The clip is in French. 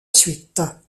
suite